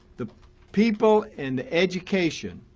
the people in education,